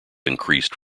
increased